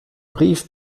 brief